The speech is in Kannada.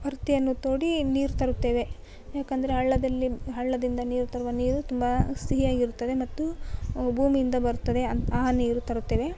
ಹೊರ್ತಿಯನ್ನು ತೋಡಿ ನೀರು ತರುತ್ತೇವೆ ಯಾಕೆಂದ್ರೆ ಹಳ್ಳದಲ್ಲಿ ಹಳ್ಳದಿಂದ ನೀರು ತರುವ ನೀರು ತುಂಬಾ ಸಿಹಿಯಾಗಿರುತ್ತದೆ ಮತ್ತು ಭೂಮಿಯಿಂದ ಬರುತ್ತದೆ ಆ ನೀರು ತರುತ್ತೇವೆ